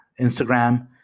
Instagram